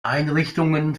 einrichtungen